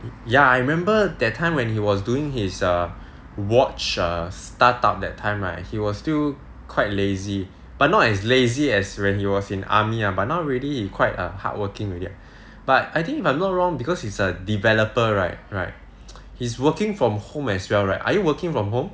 ya I remember that time when he was doing his err watch err start up that time right he was still quite lazy but not as lazy as when he was in army ah but now really he quite err hardworking already but I think if I'm not wrong because he's a developer right right he's working from home as well right are you working from home